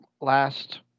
last